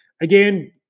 again